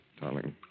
darling